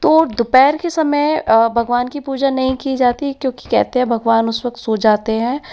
तो दोपहर के समय भगवान की पूजा नहीं की जाती क्योंकि कहते हैं भगवान उस वक्त सो जाते हैं